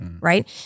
Right